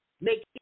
Make